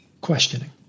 questioning